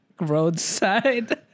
Roadside